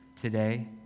today